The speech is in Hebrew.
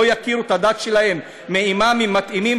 לא יכירו את הדת שלהם מאימאמים מתאימים,